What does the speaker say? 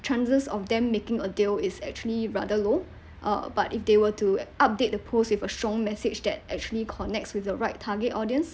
chances of them making a deal is actually rather low uh but if they were to update a post with a strong message that actually connects with the right target audience